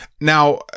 Now